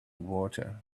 water